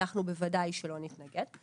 אנחנו בוודאי שלא נתנגד,